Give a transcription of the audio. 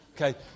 Okay